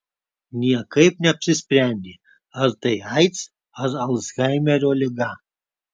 niekaip neapsisprendė ar tai aids ar alzheimerio liga